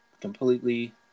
Completely